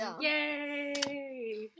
Yay